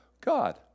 God